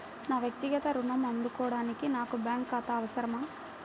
నా వక్తిగత ఋణం అందుకోడానికి నాకు బ్యాంక్ ఖాతా అవసరమా?